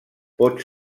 pot